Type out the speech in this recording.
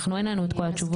אנחנו אין לנו את כל התשובות.